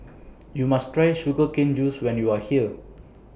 YOU must Try Sugar Cane Juice when YOU Are here